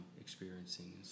experiencing